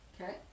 Okay